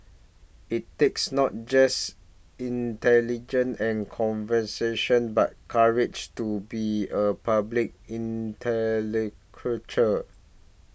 it takes not just intelligent and conversation but courage to be a public intellectual